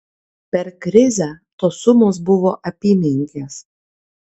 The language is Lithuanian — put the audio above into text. per krizę tos sumos buvo apymenkės